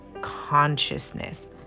consciousness